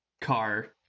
car